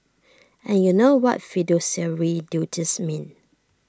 and you know what fiduciary duties mean